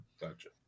gotcha